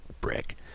Brick